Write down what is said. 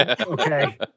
Okay